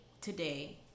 today